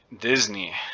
Disney